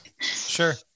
Sure